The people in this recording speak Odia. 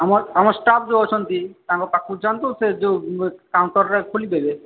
ଆମର ଆମ ଷ୍ଟାଫ୍ ଯେଉଁ ଅଛନ୍ତି ତାଙ୍କ ପାଖକୁ ଯାଆନ୍ତୁ ସେ ଯେଉଁ କାଉଣ୍ଟରରେ ଖୋଲି ଦେବେ